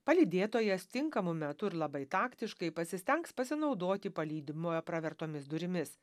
palydėtojas tinkamu metu ir labai taktiškai pasistengs pasinaudoti palydimojo pravertomis durimis